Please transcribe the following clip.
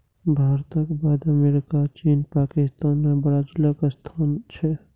भारतक बाद अमेरिका, चीन, पाकिस्तान आ ब्राजीलक स्थान छै